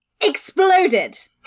exploded